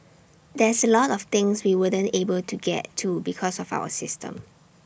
there's A lot of things we wouldn't able to get to because of our system